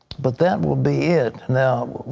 but that will be it. now,